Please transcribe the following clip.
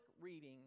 reading